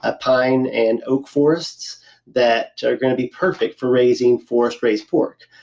ah pine and oak forests that are going to be perfect for raising forest-raised pork.